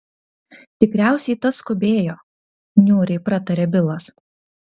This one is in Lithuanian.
tikriausiai tas skubėjo niūriai pratarė bilas